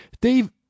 Dave